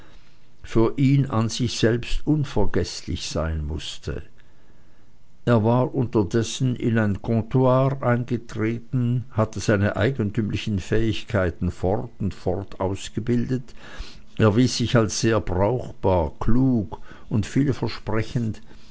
für ihn an sich selbst unvergeßlich sein mußte er war unterdessen in ein comptoir getreten hatte seine eigentümlichen fähigkeiten fort und fort ausgebildet erwies sich als sehr brauchbar klug und vielversprechend